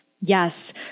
Yes